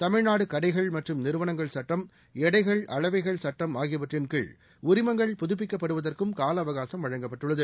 தமிழ்நாடு கடைகள் மற்றும் நிறுவனங்கள் சட்டம் எடைகள் அளவைகள் சுட்டம் ஆகியவற்றின் கீழ் உரிமங்கள் புதுப்பிக்கப்படுவதற்கும் காலஅவகாசம் வழங்கப்பட்டுள்ளது